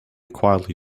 quietly